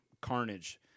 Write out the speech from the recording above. Carnage